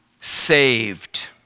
saved